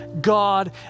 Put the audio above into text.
God